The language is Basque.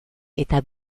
eta